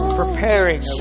preparing